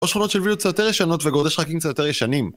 או שכונות של וילות קצת יותר ישנות וגורדי שחקים קצת יותר ישנים